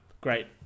great